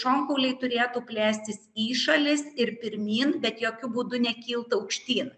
šonkauliai turėtų plėstis į šalis ir pirmyn bet jokiu būdu nekilt aukštyn